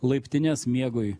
laiptines miegui